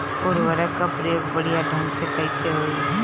उर्वरक क प्रयोग बढ़िया ढंग से कईसे होई?